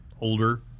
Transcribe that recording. older